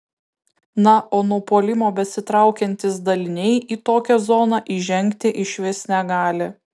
na o nuo puolimo besitraukiantys daliniai į tokią zoną įžengti išvis negali